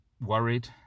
worried